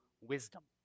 wisdom